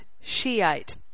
Shiite